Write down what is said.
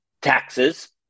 taxes